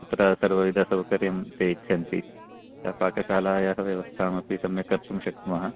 तत्र सर्वविधसौकर्यं ते इच्छन्ति सा पाकशालायाः व्यवस्थामपि सम्यक् कर्तुं शक्नुमः